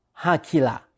Hakila